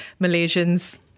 Malaysians